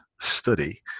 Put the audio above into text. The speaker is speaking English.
study